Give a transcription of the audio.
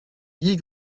ihr